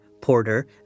Porter